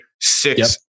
six